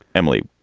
emily,